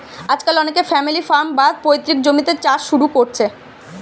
আজকাল অনেকে family farm, বা পৈতৃক জমিতে চাষ শুরু কোরছে